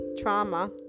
trauma